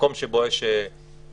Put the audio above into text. מקום שבו יש זיקה,